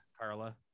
carla